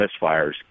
misfires